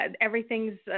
everything's